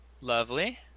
Lovely